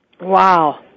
Wow